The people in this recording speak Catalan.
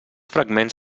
fragments